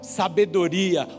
sabedoria